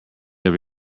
have